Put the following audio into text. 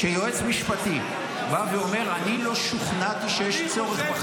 שיועץ משפטי בא ואומר: אני לא שוכנעתי שיש צורך בחקיקה.